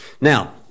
Now